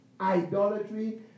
idolatry